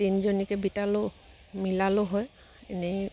তিনিজনীকৈ বিটালেও মিলালো হয় এনেই